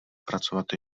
pracovat